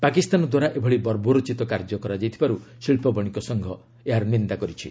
ପାକିସ୍ତାନ ଦ୍ୱାରା ଏଭଳି ବର୍ବରୋଚିତ କାର୍ଯ୍ୟ କରାଯାଇଥିବାରୁ ଶିଳ୍ପ ବଣିକ ସଂଘ କହିଛି